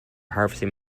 harvesting